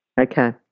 Okay